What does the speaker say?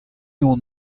hon